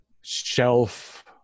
shelf